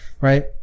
right